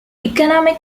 economic